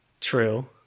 True